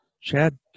Chad